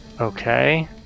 Okay